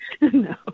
No